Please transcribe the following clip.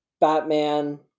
Batman